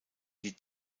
die